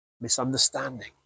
misunderstanding